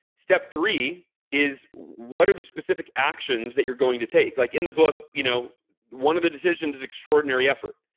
step three is what are the specific actions that you're going to take? like in the book, you know one of the decisions is extraordinary effort.